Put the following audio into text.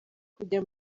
kujya